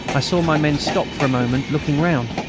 i saw my men stop for a moment, looking round.